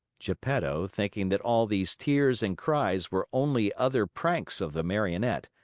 geppetto, thinking that all these tears and cries were only other pranks of the marionette,